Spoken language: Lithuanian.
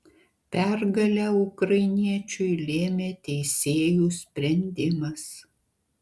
pergalę ukrainiečiui lėmė teisėjų sprendimas